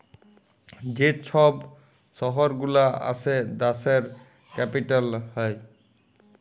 যে ছব শহর গুলা আসে দ্যাশের ক্যাপিটাল হ্যয়